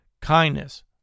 kindness